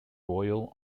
royal